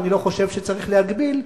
אני לא חושב שצריך להגביל,